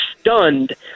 stunned